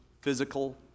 physical